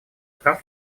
прав